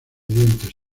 dientes